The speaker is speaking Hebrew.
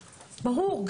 ברור.